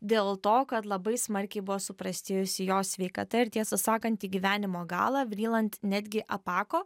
dėl to kad labai smarkiai buvo suprastėjusi jos sveikata ir tiesą sakant į gyvenimo galą vryland netgi apako